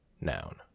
Noun